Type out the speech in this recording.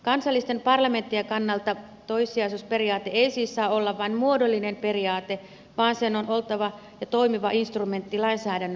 kansallisten parlamenttien kannalta toissijaisuusperiaate ei siis saa olla vain muodollinen periaate vaan sen on oltava toimiva instrumentti lainsäädännön valvonnassa